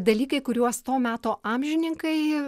dalykai kuriuos to meto amžininkai